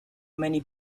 many